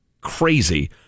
crazy